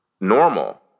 normal